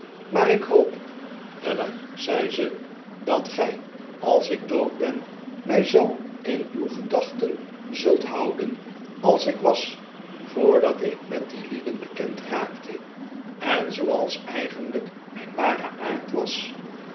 maar ik hoop weller zei ze dat gij als ik dood ben mij zoo in uw gedachten zult houden als ik was voordat ik met die lieden bekend raakte en zooals eigenlijk mijn ware aard was